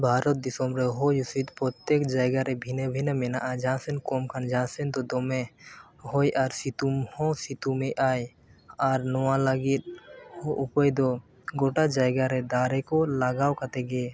ᱵᱷᱟᱨᱚᱛ ᱫᱤᱥᱚᱢᱨᱮ ᱦᱚᱭᱦᱤᱸᱥᱤᱫᱽ ᱯᱨᱚᱛᱮᱠ ᱡᱟᱭᱜᱟ ᱨᱮ ᱵᱷᱤᱱᱟᱹᱼᱵᱷᱤᱱᱟᱹ ᱢᱮᱱᱟᱜᱼᱟ ᱡᱟᱦᱟᱸ ᱥᱮᱫ ᱠᱚᱢ ᱠᱷᱟᱱ ᱡᱟᱦᱟᱸ ᱥᱮᱫ ᱫᱚ ᱫᱚᱢᱮ ᱦᱚᱭ ᱟᱨ ᱥᱤᱛᱩᱝ ᱦᱚᱸ ᱥᱤᱛᱩᱝ ᱮᱫᱟᱭ ᱟᱨ ᱱᱚᱣᱟ ᱞᱟᱹᱜᱤᱫ ᱩᱯᱟᱹᱭᱫᱚ ᱜᱚᱴᱟ ᱡᱟᱭᱜᱟᱨᱮ ᱫᱟᱨᱮᱠᱚ ᱞᱟᱜᱟᱣ ᱠᱟᱛᱮᱫ ᱜᱮ